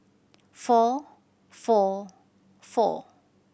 four four four